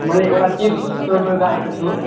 मैले एउटा चिज सोध्नुचाहेको छु